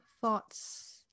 thoughts